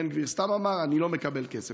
בן גביר סתם אמר, אני לא מקבל כסף.